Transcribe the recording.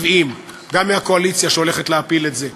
70, גם מהקואליציה, שהולכת להפיל את זה.